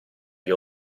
gli